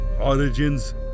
Origins